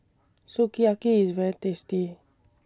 Sukiyaki IS very tasty